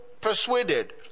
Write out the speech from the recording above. persuaded